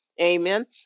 Amen